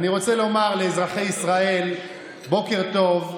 אני רוצה לומר לאזרחי ישראל בוקר טוב,